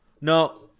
No